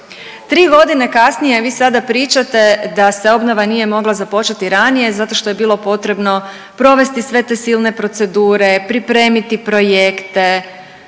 3.g. kasnije vi sada pričate da se obnova nije mogla započeti ranije zato što je bilo potrebno provesti sve te silne procedure, pripremiti projekte,